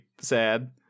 sad